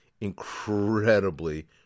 incredibly